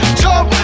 jump